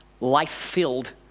life-filled